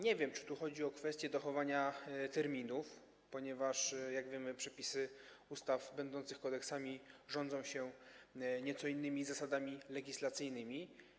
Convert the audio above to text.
Nie wiem, czy tu chodzi o kwestię dochowania terminów, ponieważ przepisy, jak wiemy, ustaw będących kodeksami rządzą się nieco innymi zasadami legislacyjnymi.